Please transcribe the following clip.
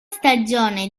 stagione